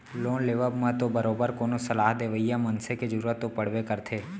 loan लेवब म तो बरोबर कोनो सलाह देवइया मनसे के जरुरत तो पड़बे करथे